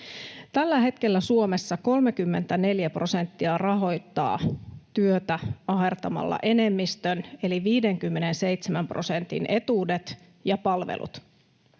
Tällä hetkellä Suomessa 34 prosenttia rahoittaa työtä ahertamalla enemmistön eli 57 prosentin etuudet ja palvelut.